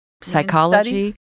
Psychology